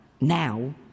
now